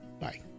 Bye